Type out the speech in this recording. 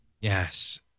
Yes